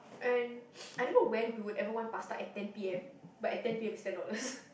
and I don't know when we would ever want pasta at ten P_M but at ten P_M is ten dollars